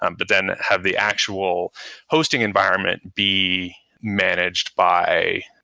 um but then have the actual hosting environment be managed by,